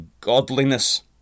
godliness